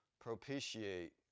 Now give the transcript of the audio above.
propitiate